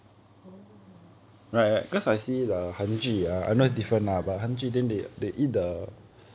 oh (uh huh) (uh huh)